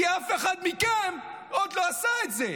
כי אף אחד מכם עוד לא עשה את זה.